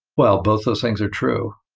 well, both those things are true.